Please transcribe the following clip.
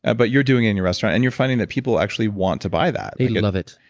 ah but you're doing it in your restaurant and you're finding that people actually want to buy that they love it.